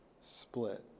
split